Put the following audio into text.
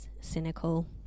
cynical